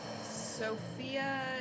Sophia